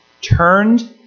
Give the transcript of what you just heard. turned